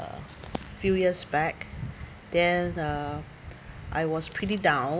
uh few years back then uh I was pretty down